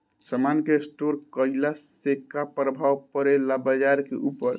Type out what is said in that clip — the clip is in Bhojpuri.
समान के स्टोर काइला से का प्रभाव परे ला बाजार के ऊपर?